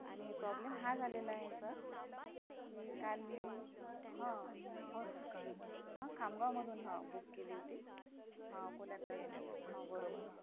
आणि प्रॉब्लेम हा झालेला आहे सर की काल मी हं हो सर हं खामगावमधून हं बुक केली होती हं अकोल्याकडे येण्यासाठी हो बरोबर